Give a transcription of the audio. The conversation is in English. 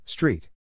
Street